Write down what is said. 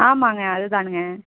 ஆமாங்க அது தானுங்க